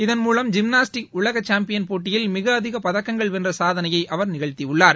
இதன் மூலம் ஜிம்னாஸ்டிக் உலக சாம்பியன் போட்டியில் மிக அதிக பதக்கங்கள் வென்ற சாதனையை அவர் நிகழ்த்தியுள்ார்